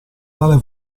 tale